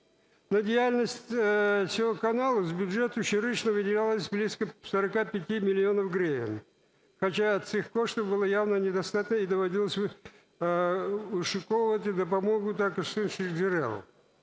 на діяльність цього каналу з бюджету щорічно виділялось близько 45 мільйонів гривень, хоча цих коштів було явно недостатньо, і доводилося вишукувати допомогу також з інших джерел.